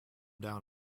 down